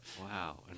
Wow